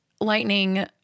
Lightning